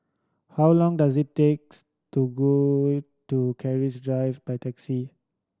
how long does it takes to go to Keris Drive by taxi